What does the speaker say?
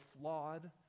flawed